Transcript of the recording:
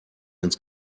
ins